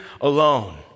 alone